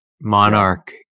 monarch